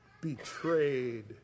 betrayed